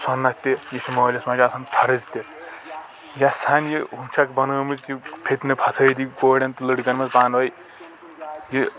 سۄنتھ تہِ یہِ چھُ مألِس ماجہِ آسان فرٕض تہِ یۄس ہان یہِ ہُہ چھکھ بنأومٕژ یہِ فِتنہٕ فسأدی کورٮ۪ن تہٕ لٔڑکن منٛز پانہٕ ؤنۍ یہِ